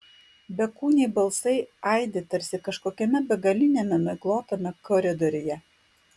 bekūniai balsai aidi tarsi kažkokiame begaliniame miglotame koridoriuje